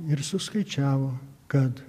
ir suskaičiavo kad